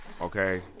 okay